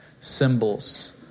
symbols